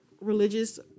religious